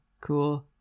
Cool